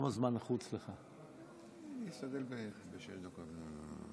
אשתדל בשש דקות.